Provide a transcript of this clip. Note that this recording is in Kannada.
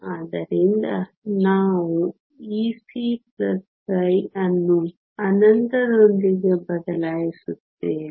ಆದ್ದರಿಂದ ನಾವು Ec ಅನ್ನು ಅನಂತದೊಂದಿಗೆ ಬದಲಾಯಿಸುತ್ತೇವೆ